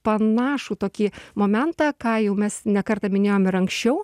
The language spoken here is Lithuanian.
panašų tokį momentą ką jau mes ne kartą minėjom ir anksčiau